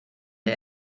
der